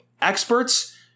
experts